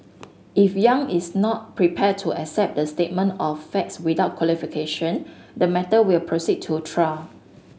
if Yang is not prepared to accept the statement of facts without qualification the matter will proceed to trial